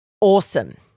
awesome